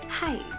Hi